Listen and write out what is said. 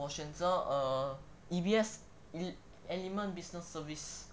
我选择 err E_B_S element business service